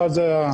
אחת זה הנסיעות,